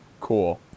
Cool